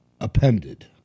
appended